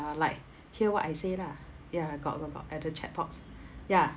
like hear what I say lah ya got got got at the checkbox ya